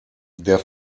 der